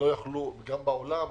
גם בעולם,